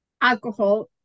alcohol